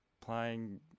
playing